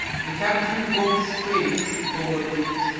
the captain walked straight toward it,